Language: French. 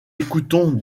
écoutons